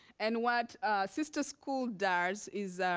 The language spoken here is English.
and what sister school does is.